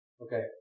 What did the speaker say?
Okay